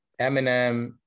Eminem